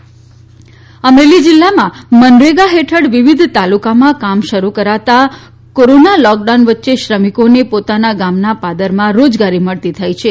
અમરેલી અમરેલી જિલ્લા માં મનરેગા હેઠળ વિવિધ તાલુકા માં કામ શરૂ કરતાં કોરોના લોક ડાઉન વચ્ચે શ્રમિકો ને પોતાના ગામ ના પાદર માં રોજગારી મળતી થઈ છે